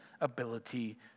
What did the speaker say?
ability